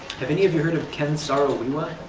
have any of you heard of ken saro-wiwa?